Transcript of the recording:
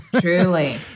truly